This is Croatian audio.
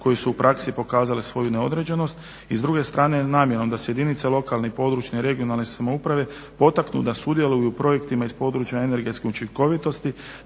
koje su u praksi pokazale svoju neodređenost i s druge strane namjerom da se jedinice lokalne i područne (regionalne) samouprave potaknu da sudjeluju u projektima iz područja energetske učinkovitosti